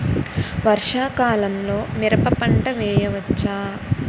వర్షాకాలంలో మిరప పంట వేయవచ్చా?